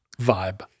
vibe